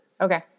Okay